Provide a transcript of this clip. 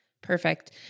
Perfect